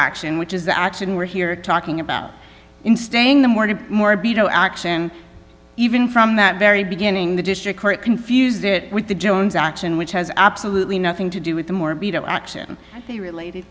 action which is the action we're here talking about in staying the morning more be to action even from that very beginning the district court confuse it with the jones action which has absolutely nothing to do with them or beat up action they related